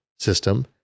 system